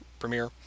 premiere